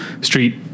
street